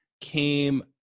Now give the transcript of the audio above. came